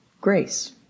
Grace